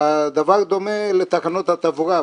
והדבר דומה לתקנות התעבורה.